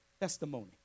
testimony